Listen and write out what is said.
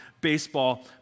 baseball